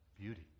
beauty